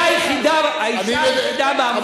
והאשה היחידה בעמותה,